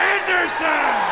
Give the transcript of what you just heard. Anderson